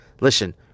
Listen